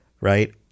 Right